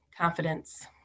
Confidence